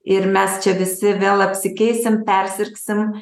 ir mes čia visi vėl apsikeisim persirgsim